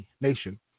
Nation